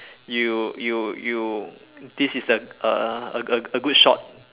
you you you this is the a a a good shot